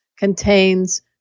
contains